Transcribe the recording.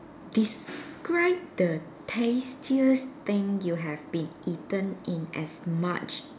describe the tastiest thing you have been eaten in as much